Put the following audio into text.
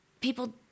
people